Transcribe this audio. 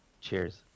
Cheers